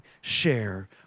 share